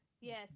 yes